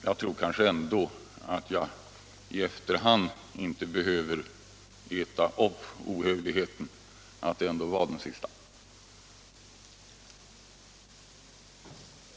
Jag tror ändå att jag i efterhand inte behöver äta upp ohövligheten — att det var den sista.